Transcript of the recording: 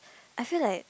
I feel like